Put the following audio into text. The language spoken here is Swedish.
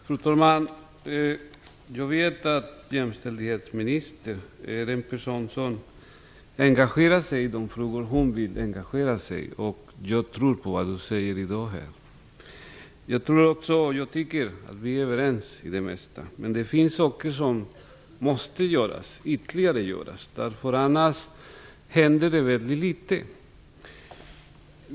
Fru talman! Jag vet att jämställdhetsministern är en person som engagerar sig i de frågor hon vill engagera sig i. Jag tror på vad hon säger här i dag. Jag tycker att vi är överens i det mesta. Men det finns saker som måste göras ytterligare. Annars händer det litet.